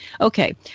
Okay